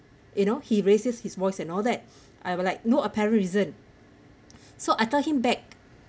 you know he raised his voice and all that I were like no apparent reason so I tell him back